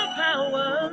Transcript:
power